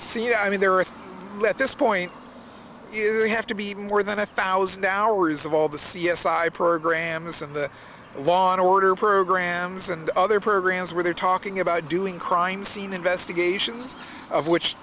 seen i mean there are things that this point is have to be more than a thousand hours of all the c s i programs and the law and order programs and other programs where they're talking about doing crime scene investigations of which